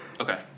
Okay